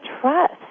trust